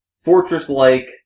Fortress-like